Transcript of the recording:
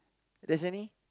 there's any